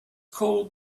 called